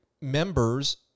members